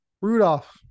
rudolph